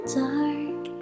dark